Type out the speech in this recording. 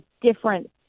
different